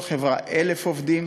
כל חברה, 1,000 עובדים